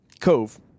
cove